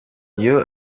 iyo